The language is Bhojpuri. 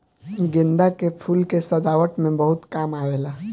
गेंदा के फूल के सजावट में बहुत काम आवेला